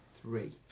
Three